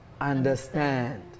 Understand